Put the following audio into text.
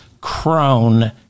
crone